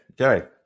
Okay